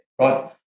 right